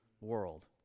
world